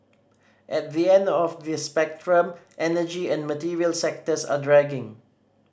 at the end of the spectrum energy and material sectors are dragging